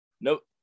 Nope